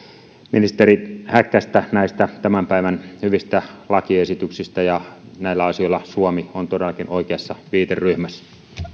ministeri häkkästä näistä tämän päivän hyvistä lakiesityksistä näillä asioilla suomi on todellakin oikeassa viiteryhmässä